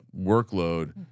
workload